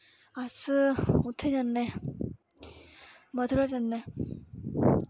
अस उत्थै जन्ने मथुरा जन्ने